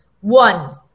One